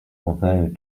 although